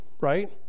right